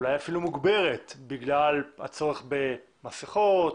אולי אפילו מוגברת בגלל הצורך במסכות,